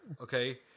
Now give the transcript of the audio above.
okay